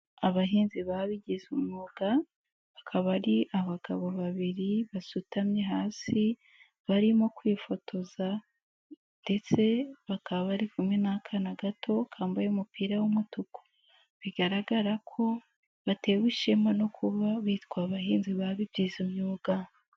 Abahinzi babigize umwuga, bakaba ari abagabo babiri basutamye hasi barimo kwifotoza ndetse bakaba bari kumwe n'akana gato, kambaye umupira w'umutuku, bigaragara ko batewe ishema no kuba bitwa abahinzi babigize umwuga.